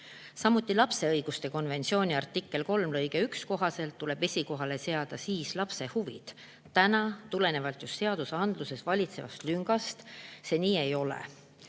viitas. Lapse õiguste konventsiooni artikli 3 lõike 1 kohaselt tuleb esikohale seada lapse huvid. Täna, tulenevalt seadusandluses valitsevast lüngast, see nii ei ole,